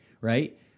Right